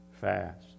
fast